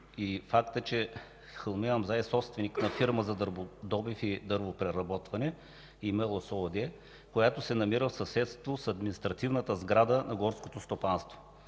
факта, че Хълми Амза е собственик на фирма за дърводобив и дървопреработване „Имелос” ООД, която се намира в съседство с административната сграда на Горското стопанство.